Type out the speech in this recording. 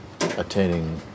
attaining